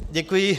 Děkuji.